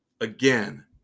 Again